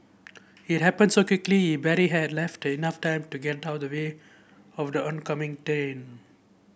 it happened so quickly he barely had enough time to get out of the way of the oncoming train